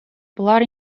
болар